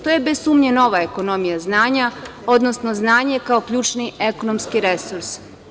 To je bez sumnje nova ekonomija znanja, odnosno znanje kao ključni ekonomski resurs.